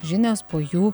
žinios po jų